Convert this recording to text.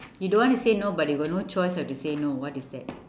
you don't want to say no but you got no choice you have to say no what is that